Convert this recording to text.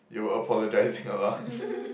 you were apologizing a lot